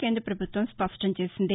కేంద ప్రభుత్వం స్పష్టం చేసింది